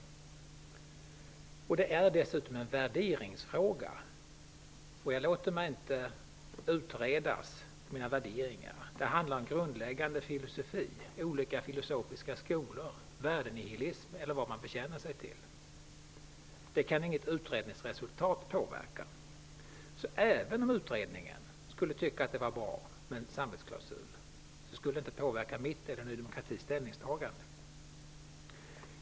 Dessutom handlar det här om en värderingsfråga. Jag låter mig inte utredas vad gäller mina värderingar. Det handlar om en grundläggande filosofi -- om olika filosofiska skolor, om värdenihilism eller om vad man bekänner sig till. Här kan inget utredningsresultat påverka. Även om utredningen skulle tycka att en samvetsklausul vore bra, skulle det inte påverka mitt eller Ny demokratis ställningstagande.